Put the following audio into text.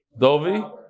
Dovi